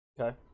Okay